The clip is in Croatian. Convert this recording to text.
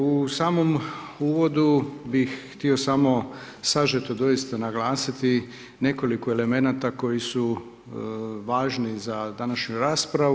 U samom uvodu bih htio samo sažeto doista naglasiti nekoliko elemenata koji su važni za današnju raspravu.